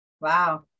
Wow